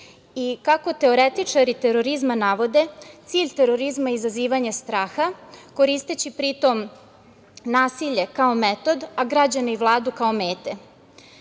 i kako teoretičari terorizma navode, cilj terorizma je izazivanje straha, koristeći pri tome nasilje kao metod, a građane i Vladu kao mete. Da